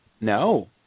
No